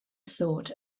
thought